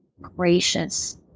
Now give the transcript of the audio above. gracious